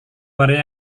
barang